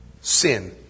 sin